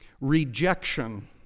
rejection